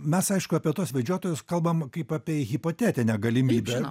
mes aišku apie tuos medžiotojus kalbam kaip apie hipotetinę galimybę